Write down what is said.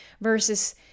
versus